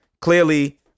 clearly